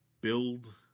build